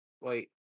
Wait